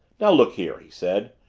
now, look here, he said.